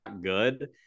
good